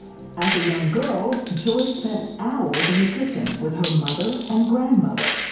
as a young girl, joyce spent hours in the kitchen with her mother and grandmother.